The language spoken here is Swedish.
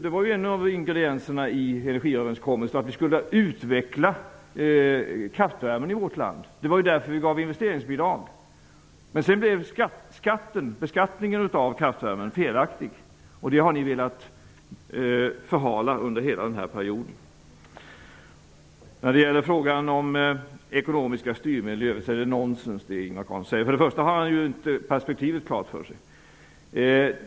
Det var en av ingredienserna i energiöverenskommelsen att vi skulle utveckla kraftvärmen i vårt land. Det var därför som vi införde investeringsbidrag. Men sedan blev beskattningen av kraftvärmen felaktig. Den frågan har ni velat förhala under hela perioden. Beträffande ekonomiska styrmedel är det som Ingvar Carlsson säger nonsens. Till att börja med har han inte perspektivet klart för sig.